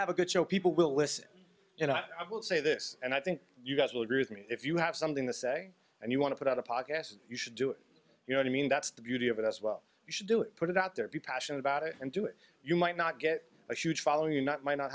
to have a good show people will listen and i will say this and i think you guys will agree with me if you have something to say and you want to put out a pocket as you should do it you know i mean that's the beauty of it as well you should do it put it out there be passionate about it and do it you might not get a huge following or not might not